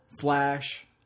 Flash